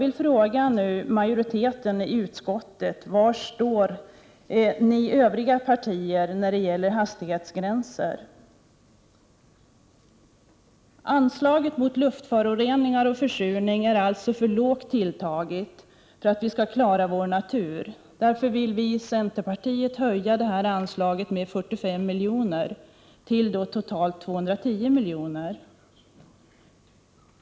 Jag frågar majoriteten i utskottet: Var står ni i frågan om hastighetsgränser? Anslaget till åtgärder mot luftföroreningar och försurning är alltså för lågt tilltaget för att vi skall klara vår natur. Därför vill vi i centerpartiet höja anslaget med 45 milj.kr. till totalt 210 miljoner.